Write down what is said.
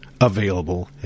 available